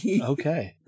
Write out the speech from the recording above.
okay